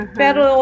pero